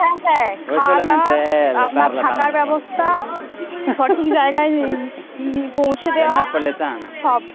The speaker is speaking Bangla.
হ্যাঁ হ্যাঁ খাওয়া দাওয়া আপনার থাকার ব্যবস্থা সঠিক জায়গায় পৌঁছে দেওয়া সব